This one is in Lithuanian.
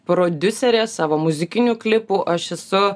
prodiuserė savo muzikinių klipų aš esu